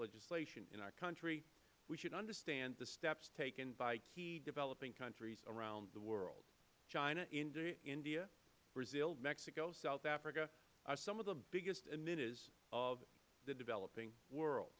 legislation in our country we should understand the steps taken by key developing countries around the world china india brazil mexico south africa are some of the biggest emitters of the developing world